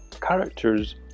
characters